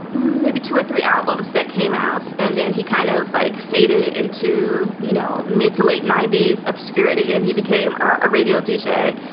maybe two or three albums that came out and then he kind of like faded into, you know, mid to late ninety s obscurity and he became a radio deejay,